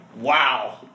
Wow